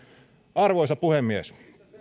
arvoisa puhemies